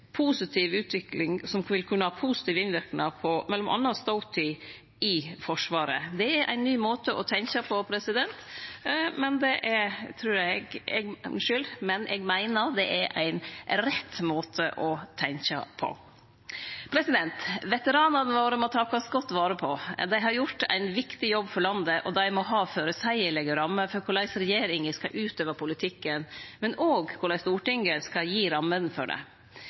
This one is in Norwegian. positiv utvikling som vil kunne ha positiv innverknad på m.a. ståtida i Forsvaret. Det er ein ny måte å tenkje på, men eg meiner det er ein rett måte å tenkje på. Veteranane våre må takast godt vare på. Dei har gjort ein viktig jobb for landet, og dei må ha føreseielege rammer for korleis regjeringa skal utøve politikken, men òg korleis Stortinget skal gi rammene for det.